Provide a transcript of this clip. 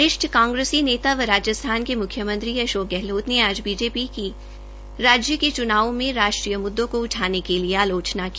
वरिष्ठ कांग्रेसी नेता एंव राज्स्थान के मुख्यमंत्री अशोक गहलौत ने आज बीजीपी की रज्य के चुनावों में राष्ट्रीय मुददो को उठाने के लिए आलोचना की